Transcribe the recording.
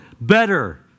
Better